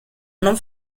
non